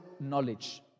knowledge